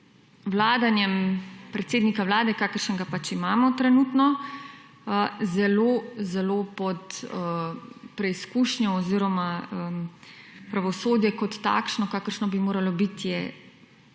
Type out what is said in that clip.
vladanjem predsednika vlade kakršnega pač imamo trenutno zelo zelo pod preizkušnjo oziroma pravosodje kot takšno, kakršno bilo moralo biti